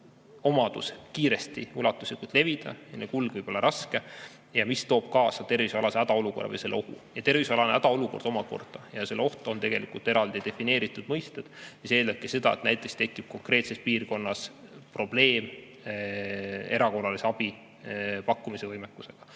kiiresti ja ulatuslikult levida, mille kulg võib olla raske ja mis toob kaasa tervisealase hädaolukorra või selle ohu. Tervisealane hädaolukord ja selle oht on [eelnõus] eraldi defineeritud mõisted, mis eeldavadki seda, et näiteks konkreetses piirkonnas tekib probleem erakorralise abi pakkumise võimekusega.